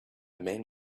man